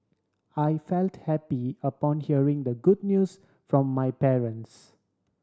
I felt happy upon hearing the good news from my parents